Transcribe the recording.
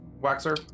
Waxer